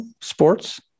sports